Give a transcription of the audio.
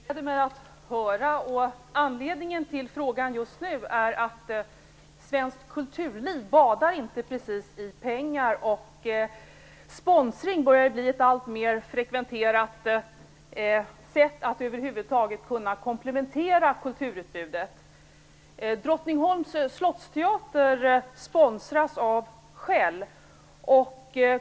Fru talman! Det gläder mig att höra. Anledningen till att jag ställer frågan just nu är att svenskt kulturliv inte precis badar i pengar och att sponsring börjar bli ett alltmer frekventerat sätt att komplettera kulturutbudet. Drottningsholms Slottsteater sponsras av Shell.